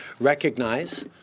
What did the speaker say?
recognize